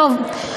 טוב.